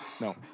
No